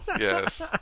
yes